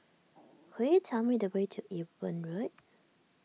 could you tell me the way to Ewe Boon Road